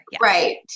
Right